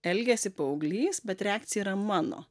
elgiasi paauglys bet reakcija yra mano